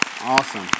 Awesome